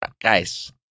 guys